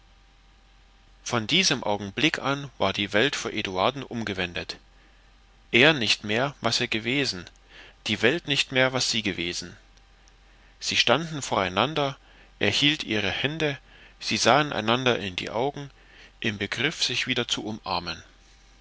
von diesem augenblick an war die welt für eduarden umgewendet er nicht mehr was er gewesen die welt nicht mehr was sie gewesen sie standen voreinander er hielt ihre hände sie sahen einander in die augen im begriff sich wieder zu umarmen